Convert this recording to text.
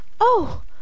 Oh